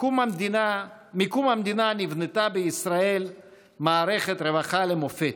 מקום המדינה נבנתה בישראל מערכת רווחה למופת,